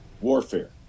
warfare